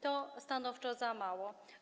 To stanowczo za mało.